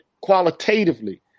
qualitatively